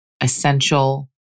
essential